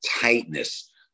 tightness